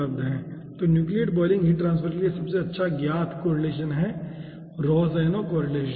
तो nucleate boiling heat transfer के लिए सबसे अच्छा ज्ञात कोरिलेसन रोहसेनो कोरिलेसन है